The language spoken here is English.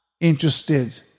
interested